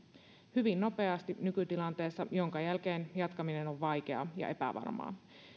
hyvin nopeasti nykytilanteessa minkä jälkeen jatkaminen on vaikeaa ja epävarmaa